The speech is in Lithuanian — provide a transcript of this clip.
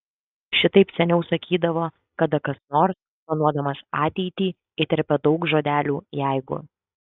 šitaip seniau sakydavo kada kas nors planuodamas ateitį įterpia daug žodelių jeigu